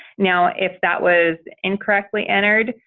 now, if that was incorrectly entered,